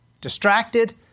distracted